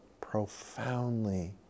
profoundly